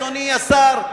אדוני השר,